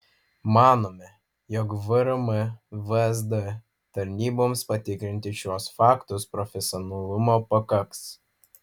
manome jog vrm vsd tarnyboms patikrinti šiuos faktus profesionalumo pakaks